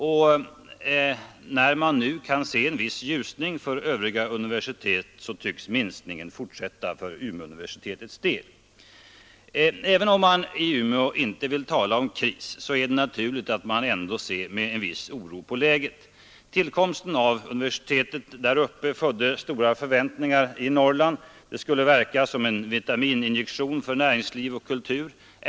Och när man i dag kan se en viss ljusning för övriga universitet, tycks minskningen fortsätta för Umeåuniversitetets del. Även om man i Umeå inte vill tala om en kris är det naturligt att man ändå ser med en viss oro på läget. Tillkomsten av Umeå universitet födde stora förväntningar i Norrland. Det skulle verka som en vitamininjektion för näringsliv och kulturliv.